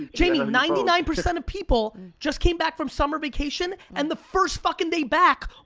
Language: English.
jamie um ninety nine percent of people just came back from summer vacation and the first fucking day back,